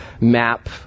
map